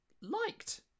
liked